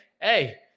hey